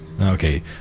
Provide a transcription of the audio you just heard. okay